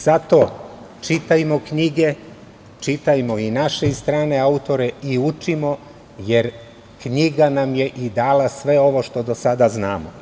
Zato, čitajmo knjige, čitajmo i naše i strane autore i učimo, jer knjiga nam je i dala sve ovo što do sada znamo.